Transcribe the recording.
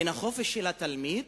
בין החופש של התלמיד